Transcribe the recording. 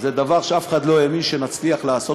זה דבר שאף אחד לא האמין שנצליח לעשות,